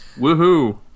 Woohoo